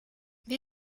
wer